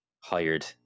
hired